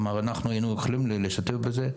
כלומר, אנחנו היינו יכולים להשתתף בזה,